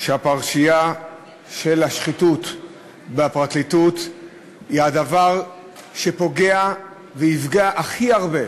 שהפרשייה של השחיתות בפרקליטות היא הדבר שפוגע ויפגע הכי הרבה,